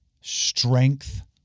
strength